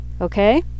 Okay